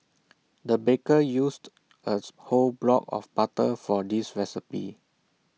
the baker used A whole block of butter for this recipe